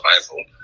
survival